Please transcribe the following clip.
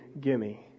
gimme